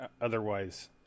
Otherwise